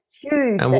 huge